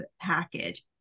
package